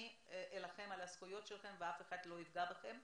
אני אלחם על הזכויות שלכם ואף אחד לא יפגע בכם,